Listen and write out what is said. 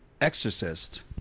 exorcist